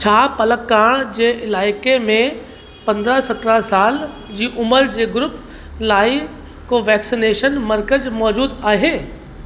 छा पलकाण जे इलाइक़े में पंद्रहं सत्रहं साल जी उमिरि जे ग्रूप लाइ को वैक्सीनेशन मर्कज़ मौजूदु आहे